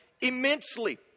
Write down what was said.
immensely